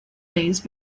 days